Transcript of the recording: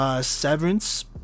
Severance